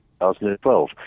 2012